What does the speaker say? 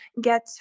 get